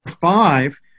five